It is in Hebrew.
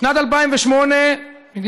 בשנת 2008, שלמה?